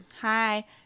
Hi